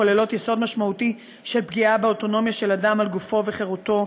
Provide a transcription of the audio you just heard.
כוללות יסוד משמעותי של פגיעה באוטונומיה של אדם על גופו וחירותו,